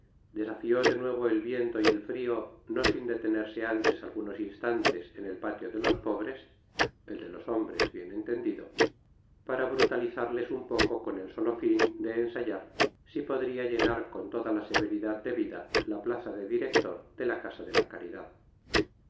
desafió de nuevo el viento y el frio no sin detenerse antes algunos instantes en el patio de los pobres el de los hombres bien entendido para brutalizarles un poco con el solo fin de ensayar si podria llenar con toda la severidad debida la plaza de director de la casa de la caridad